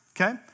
Okay